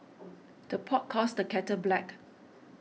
the pot calls the kettle black